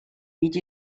each